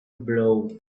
blow